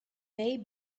may